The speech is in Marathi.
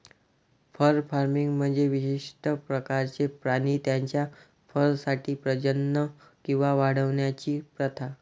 फर फार्मिंग म्हणजे विशिष्ट प्रकारचे प्राणी त्यांच्या फरसाठी प्रजनन किंवा वाढवण्याची प्रथा